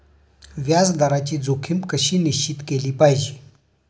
व्याज दराची जोखीम कशी निश्चित केली पाहिजे